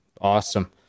awesome